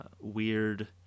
weird